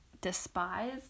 despise